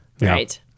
right